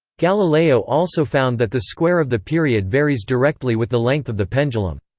galileo also found that the square of the period varies directly with the length of the pendulum.